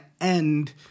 end